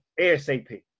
ASAP